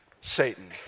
Satan